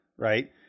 Right